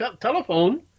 telephone